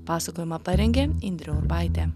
pasakojimą parengė indrė urbaitė